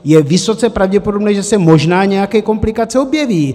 Je vysoce pravděpodobné, že se možná nějaké komplikace objeví.